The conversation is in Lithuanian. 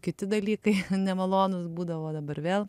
kiti dalykai nemalonūs būdavo dabar vėl